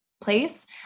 place